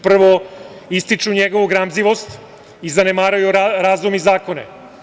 Prvo, ističu njegovu gramzivost i zanemaruju razum i zakone.